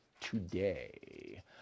today